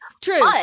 True